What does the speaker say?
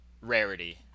rarity